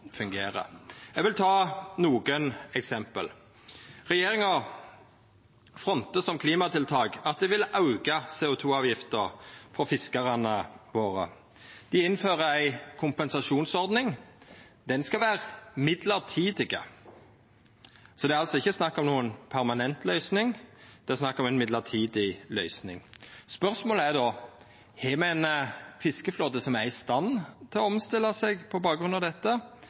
fungerer. Eg vil ta nokre eksempel. Regjeringa frontar som klimatiltak at dei vil auka CO 2 -avgifta for fiskarane våre. Dei innfører ei kompensasjonsordning. Ho skal vera mellombels. Det er altså ikkje snakk om noka permanent løysing, det er snakk om ei mellombels løysing. Spørsmålet er då: Har me ein fiskeflåte som er i stand til å omstilla seg på bakgrunn av dette?